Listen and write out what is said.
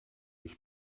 ich